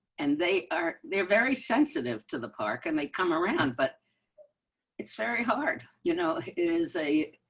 and they are. they're very sensitive to the park and they come around, but it's very hard. you know, it is a